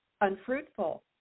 unfruitful